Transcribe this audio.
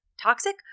toxic